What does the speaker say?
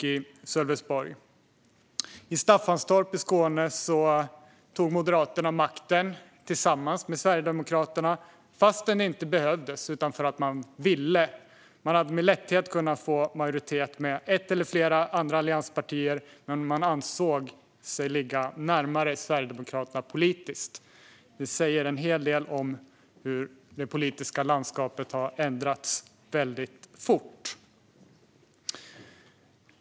I Staffanstorp i Skåne tog Moderaterna makten tillsammans med Sverigedemokraterna, inte för att det behövdes utan för att man ville. Man hade med lätthet kunnat få majoritet tillsammans med ett eller flera allianspartier, men man ansåg sig ligga närmare Sverigedemokraterna politiskt. Detta säger en hel del om hur det politiska landskapet har ändrats väldigt fort.